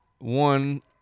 one